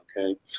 okay